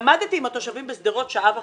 עמדתי עם התושבים בשדרות שעה וחצי,